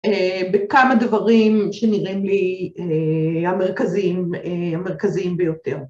‫בכמה דברים שנראים לי ‫המרכזיים ביותר.